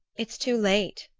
it's too late,